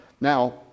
Now